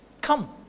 Come